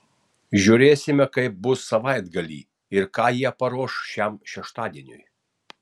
žiūrėsime kaip bus savaitgalį ir ką jie paruoš šiam šeštadieniui